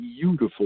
beautiful